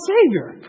Savior